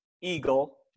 eagle